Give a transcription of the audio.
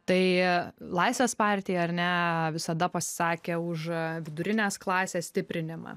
tai laisvės partija ar ne visada pasisakė už a vidurinės klasės stiprinimą